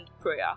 prayer